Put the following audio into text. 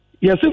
yes